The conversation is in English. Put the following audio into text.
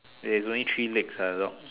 there's only three legs uh the dog